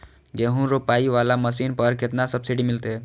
गेहूं रोपाई वाला मशीन पर केतना सब्सिडी मिलते?